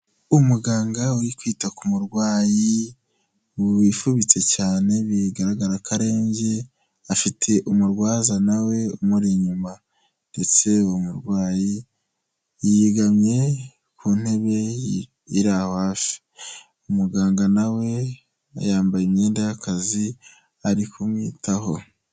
Umuganga uri kwita ku murwayi wifubitse cyane, bigaragara ko arembye, afite umurwaza na we umuri inyuma ndetse uwo murwayi yegamye ku ntebe iri aho hafi. Umuganga na we ayambaye imyenda y'akazi, ari kumwitaho.